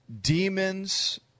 demons